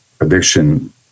addiction